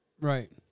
Right